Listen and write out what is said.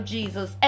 Jesus